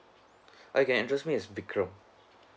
okay address me as vikram